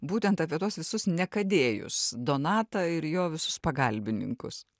būtent apie tuos visus niekadėjus donatą ir jo visus pagalbininkus